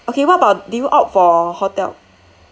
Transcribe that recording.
okay what about did you out for hotel